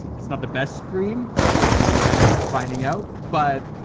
it's not the best screen, as you were finding out, but